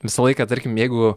visą laiką tarkim jeigu